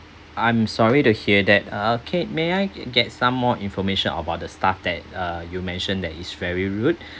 I'm sorry to hear that uh okay may I get some more information about the staff that uh you mentioned that is very rude